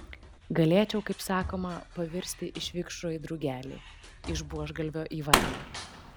galėčiau kaip sakoma pavirsti iš vikšro į drugelį iš buožgalvio į varlę